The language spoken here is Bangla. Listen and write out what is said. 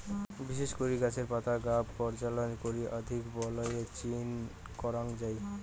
বিশেষ করি গছের পাতার গাব পর্যালোচনা করি অধিক বালাইয়ের চিন করাং যাই